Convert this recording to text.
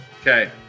Okay